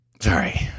sorry